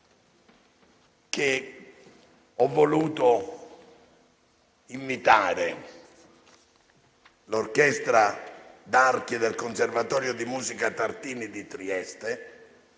ho voluto invitare l'orchestra d'archi del Conservatorio di musica «G. Tartini» di Trieste